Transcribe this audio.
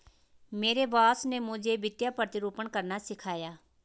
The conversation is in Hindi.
मेरे बॉस ने मुझे वित्तीय प्रतिरूपण करना सिखाया